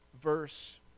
verse